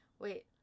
Wait